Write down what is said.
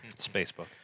Spacebook